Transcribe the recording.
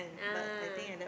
ah